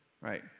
right